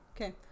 Okay